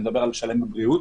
אני מדבר על לשלם בבריאות.